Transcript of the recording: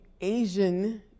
Asian